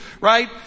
right